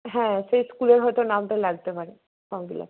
হ্যাঁ সেই স্কুলের হয়তো নামটা লাগতে পারে ফর্ম ফিল আপে